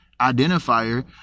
identifier